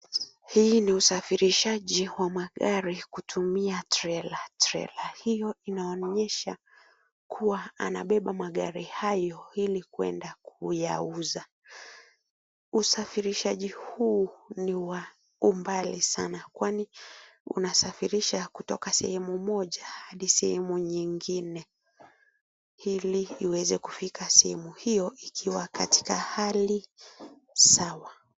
Hii ni usafirishaji wa magari kutumia trela. Trela hiyo inaonyesha kuwa anabeba magari hayo ili kuenda kuyauza. Usafirishaji huu ni wa umbali sana kwani unasafirisha kutoka sehemu moja hadi sehemu nyingine ili iweze kufika sehemu hiyo ikiwa katika hali sawa.